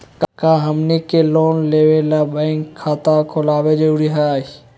का हमनी के लोन लेबे ला बैंक खाता खोलबे जरुरी हई?